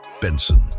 Benson